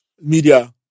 media